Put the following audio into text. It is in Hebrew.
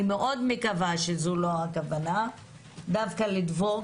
אני מאוד מקווה שזו לא הכוונה דווקא לדבוק